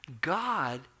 God